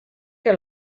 que